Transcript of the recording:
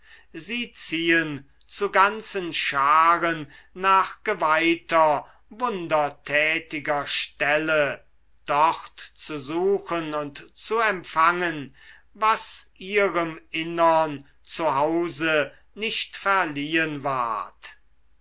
sie ziehen zu ganzen scharen nach geweihter wundertätiger stelle dort zu suchen und zu empfangen was ihrem innern zu hause nicht verliehen ward